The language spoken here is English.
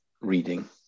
reading